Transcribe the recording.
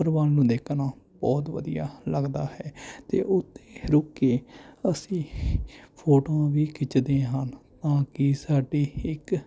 ਉੱਪਰ ਵੱਲ ਨੂੰ ਦੇਖਣਾ ਬਹੁਤ ਵਧੀਆ ਲੱਗਦਾ ਹੈ ਅਤੇ ਉੱਥੇ ਰੁਕ ਕੇ ਅਸੀਂ ਫੋਟੋਆਂ ਵੀ ਖਿੱਚਦੇ ਹਨ ਤਾਂ ਕਿ ਸਾਡੀ ਇੱਕ